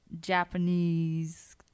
Japanese